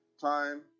time